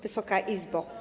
Wysoka Izbo!